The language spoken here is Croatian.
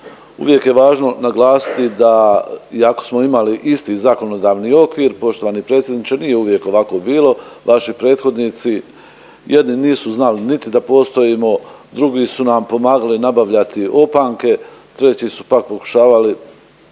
Uvijek je važno naglasiti da iako smo imali isti zakonodavni okvir poštovani predsjedniče nije uvijek ovako bilo. Vaši prethodnici jedni nisu znali niti da postojimo, drugi su nam pomagali nabavljati opanke, treći su pak pokušavali